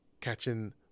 catching